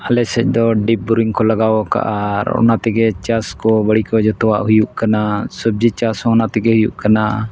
ᱟᱞᱮ ᱥᱮᱫ ᱫᱚ ᱰᱤᱯ ᱵᱳᱨᱤᱝ ᱠᱚ ᱞᱟᱜᱟᱣ ᱠᱟᱫᱟ ᱟᱨ ᱚᱱᱟ ᱛᱮᱜᱮ ᱪᱟᱥ ᱠᱚ ᱵᱟᱹᱲᱤ ᱠᱚ ᱡᱚᱛᱚᱣᱟᱜ ᱦᱩᱭᱩᱜ ᱠᱟᱱᱟ ᱥᱚᱵᱽᱡᱤ ᱪᱟᱥ ᱦᱚᱸ ᱚᱱᱟ ᱛᱮᱜᱮ ᱦᱩᱭᱩᱜ ᱠᱟᱱᱟ